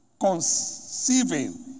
conceiving